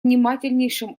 внимательнейшим